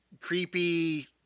creepy